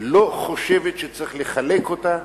לא חושבת שצריך לחלק אותה,